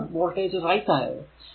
അതാണ് വോൾടേജ് റൈസ് ആണ്